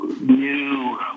new